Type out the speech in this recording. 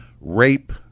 Rape